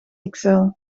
ixelles